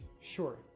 sure